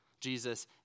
Jesus